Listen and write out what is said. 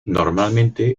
normalmente